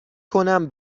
کنم